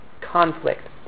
Conflict